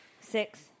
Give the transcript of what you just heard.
Six